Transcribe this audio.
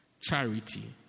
charity